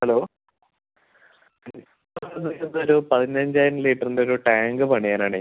hello ഒരു പതിനഞ്ചായിരം ലിറ്ററിൻ്റ ഒരു ടാങ്ക് പണിയാൻ ആണ്